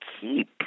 keep